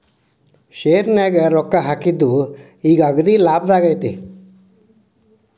ಶೆರ್ನ್ಯಾಗ ರೊಕ್ಕಾ ಹಾಕಿದ್ದು ಈಗ್ ಅಗ್ದೇಲಾಭದಾಗೈತಿ